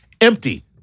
empty